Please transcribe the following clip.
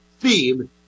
theme